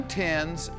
tens